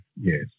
yes